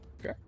okay